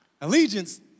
Allegiance